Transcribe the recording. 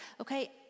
okay